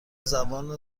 زبان